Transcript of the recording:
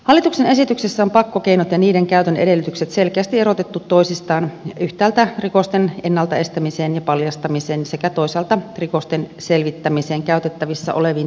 hallituksen esityksessä on pakkokeinot ja niiden käytön edellytykset selkeästi erotettu toisistaan yhtäältä rikosten ennalta estämiseen ja paljastamiseen sekä toisaalta rikosten selvittämiseen käytettävissä oleviin toimivaltuuksiin